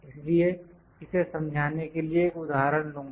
इसलिए इसे समझाने के लिए एक उदाहरण लूँगा